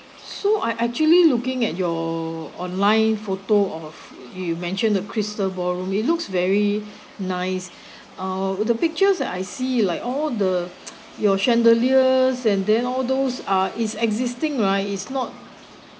so I actually looking at your online photo of you mentioned the crystal ballroom it looks very nice orh the pictures that I see like all the your chandelier and then all those are it's existing right it's not